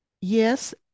Yes